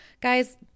guys